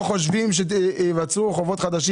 האם אתם לא חושבים שייווצרו חובות חדשים?